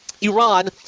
Iran